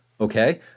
Okay